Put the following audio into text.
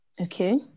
Okay